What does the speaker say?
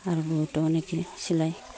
আৰু বহুতো এনেকৈ চিলাই